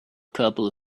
couple